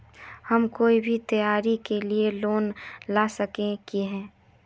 हम कोई भी त्योहारी के लिए लोन ला सके हिये?